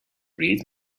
read